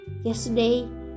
yesterday